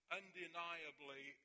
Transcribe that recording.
undeniably